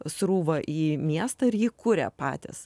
srūva į miestą ir jį kuria patys